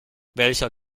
welcher